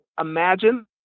imagine